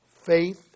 faith